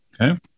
Okay